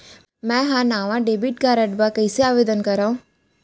मै हा नवा डेबिट कार्ड बर कईसे आवेदन करव?